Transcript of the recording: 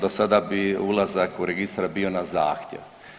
Dosada bi ulazak u registar bio na zahtjev.